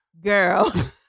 Girl